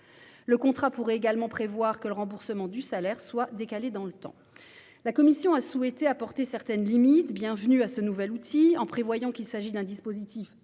Le contrat pourrait également prévoir que le remboursement du salaire soit décalé dans le temps. La commission a souhaité fixer certaines limites, bienvenues, à ce nouvel outil, en créant un dispositif